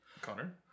Connor